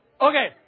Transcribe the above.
Okay